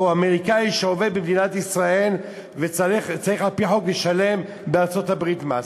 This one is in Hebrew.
או אמריקני שעובד במדינת ישראל וצריך על-פי חוק לשלם בארצות-הברית מס,